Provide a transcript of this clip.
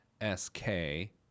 s-k